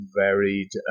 varied